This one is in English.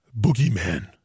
boogeyman